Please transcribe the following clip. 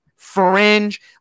fringe